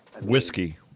Whiskey